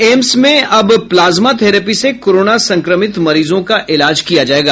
AIIMS में अब plasma therapy से कोरोना संक्रमित मरीजों का इलाज किया जायेगा